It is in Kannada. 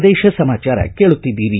ಪ್ರದೇಶ ಸಮಾಚಾರ ಕೇಳುತ್ತಿದ್ದೀರಿ